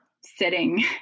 sitting